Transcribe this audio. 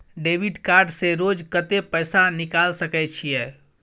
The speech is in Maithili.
डेबिट कार्ड से रोज कत्ते पैसा निकाल सके छिये?